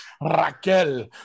Raquel